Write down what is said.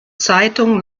zeitung